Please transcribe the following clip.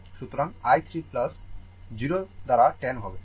সুতরাং i 3 0 দ্বারা 10 হবে